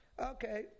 okay